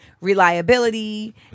reliability